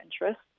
interest